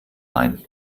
ein